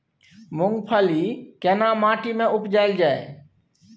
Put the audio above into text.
मूंगफली केना माटी में उपजायल जाय?